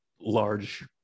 large